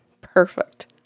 Perfect